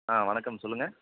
ஆ வணக்கம் சொல்லுங்கள்